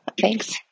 Thanks